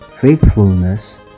faithfulness